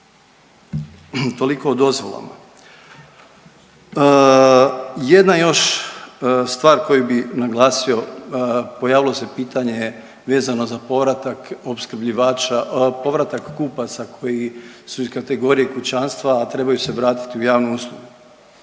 Toliko o dozvolama. Jedna još stvar koju bih naglasio. Pojavilo se pitanje vezano za povratak opskrbljivača, povratak kupaca koji su iz kategorije kućanstva, a trebaju se vratiti u javnu uslugu.